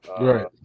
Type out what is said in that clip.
Right